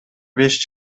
беш